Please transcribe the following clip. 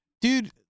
dude